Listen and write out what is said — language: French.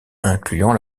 incluant